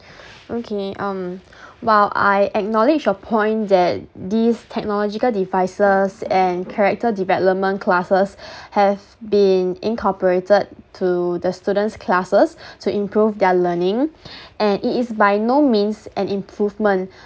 okay um while I acknowledge your point that these technological devices and character development classes have been incorporated to the students' classes to improve their learning and it is by no means an improvement